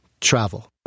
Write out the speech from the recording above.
travel